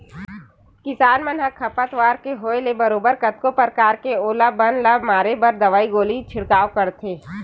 किसान मन ह खरपतवार के होय ले बरोबर कतको परकार ले ओ बन ल मारे बर दवई गोली के छिड़काव करथे